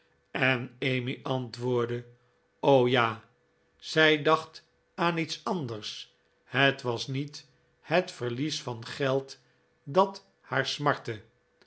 en emmy antwoordde t o ja zij dacht aan iets anders het was niet het verlies van geld dat haar smartte